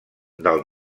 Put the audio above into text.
del